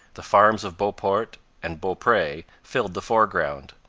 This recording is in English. the farms of beauport and beaupre filled the foreground.